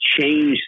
change